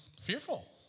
fearful